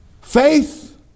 Faith